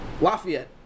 Lafayette